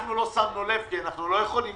אנחנו לא שמנו לב כי אנחנו לא יכולים